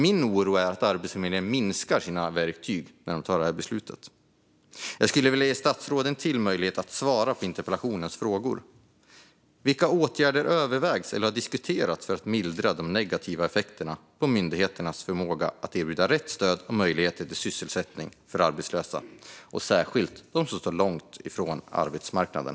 Min oro är att antalet verktyg för Arbetsförmedlingen minskas när detta beslut tas. Jag skulle vilja ge statsrådet en till möjlighet att svara på frågorna i interpellationen. Vilka åtgärder övervägs eller har diskuterats för att mildra de negativa effekterna på myndigheternas förmåga att erbjuda rätt stöd och möjligheter till sysselsättning för arbetslösa, särskilt när det gäller dem som står långt ifrån arbetsmarknaden?